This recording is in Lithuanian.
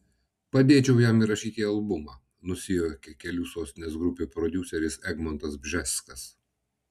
padėčiau jam įrašyti albumą nusijuokė kelių sostinės grupių prodiuseris egmontas bžeskas